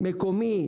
מקומי,